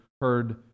heard